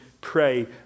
pray